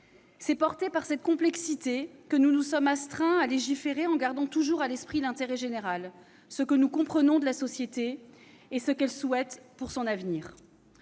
C'est portés par cette complexité que nous nous sommes astreints à légiférer en gardant toujours à l'esprit l'intérêt général, ce que nous comprenons de la société et ce que celle-ci souhaite pour son avenir.